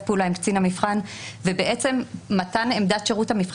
פעולה עם קצין המבחן ובעצם מתן עמדת שירות המבחן